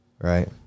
right